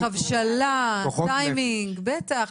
בטח.